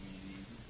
communities